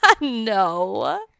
No